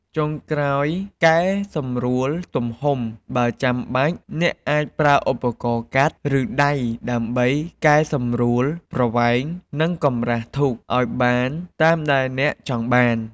ចុងក្រោយកែសម្រួលទំហំ បើចាំបាច់ អ្នកអាចប្រើឧបករណ៍កាត់ ឬដៃដើម្បីកែសម្រួលប្រវែង និងកម្រាស់ធូបឱ្យបានតាមដែលអ្នកចង់បាន។